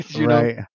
Right